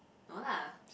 no lah